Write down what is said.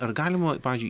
ar galima pavyzdžiui